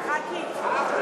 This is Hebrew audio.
ח"כית.